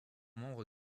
membre